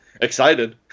excited